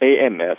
AMS